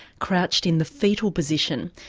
crouched in the foetal position,